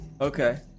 okay